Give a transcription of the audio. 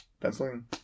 penciling